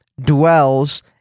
dwells